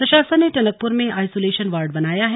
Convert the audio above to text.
प्रशासन ने टनकपुर में आईसुलेशन वार्ड बनाया है